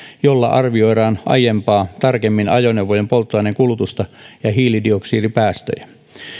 jolla arvioidaan aiempaa tarkemmin ajoneuvojen polttoaineen kulutusta ja hiilidioksidipäästöjä